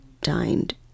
dined